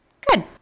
Good